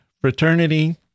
fraternity